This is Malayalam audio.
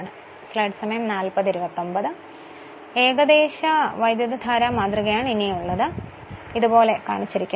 മറ്റൊരു കാര്യം ഏകദേശ വൈദ്യുതിധാരാ മാതൃകയാണ് ഏകദേശ വൈദ്യുതിധാരാ മാതൃക ഇതുപോലെ കാണിച്ചിരിക്കുന്നു